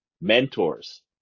mentors